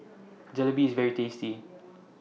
Jalebi IS very tasty